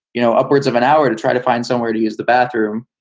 you know, upwards of an hour to try to find somewhere to use the bathroom.